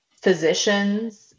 physicians